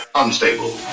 unstable